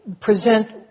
present